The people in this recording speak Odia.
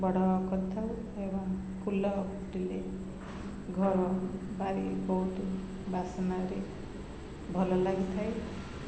ବଡ଼ କରିଥାଉ ଏବଂ ଫୁଲ ଫୁଟିଲେ ଘର ପାରି ବହୁତ ବାସନାରେ ଭଲ ଲାଗିଥାଏ